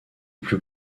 plus